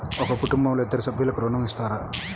ఒక కుటుంబంలో ఇద్దరు సభ్యులకు ఋణం ఇస్తారా?